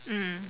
mm